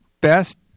best